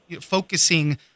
focusing